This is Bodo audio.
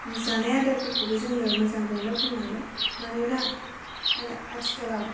जानाय आदारफोरखौबो जों मोजांखौनो बुंनांगोन मानोना आथिखालाव